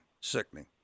sickening